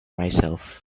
myself